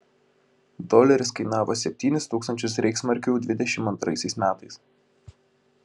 doleris kainavo septynis tūkstančius reichsmarkių dvidešimt antraisiais metais